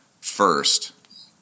first